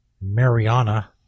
Mariana